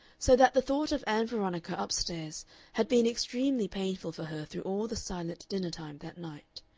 so that the thought of ann veronica up-stairs had been extremely painful for her through all the silent dinner-time that night.